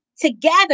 together